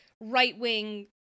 right-wing